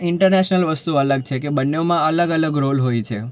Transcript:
international વસ્તુ અલગ છે કે બંનેમાં અલગ અલગ રોલ હોય છે